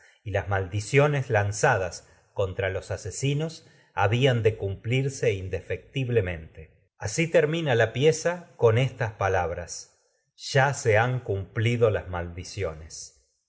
venganza las maldiciones de zadas contra los asesinos habían cumplirse indefectiblemente así termina la pieza con la creencia en el poder y eficacia de la maldición es antjx prólogo estas palabras ya se han cumplido las maldi